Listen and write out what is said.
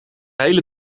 hele